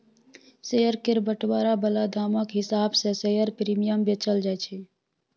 share केर बंटवारा बला दामक हिसाब सँ शेयर प्रीमियम बेचल जाय छै